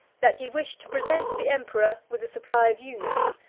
that he wished to present the emperor with a supply of eunuchs,